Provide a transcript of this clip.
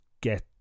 get